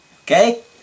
okay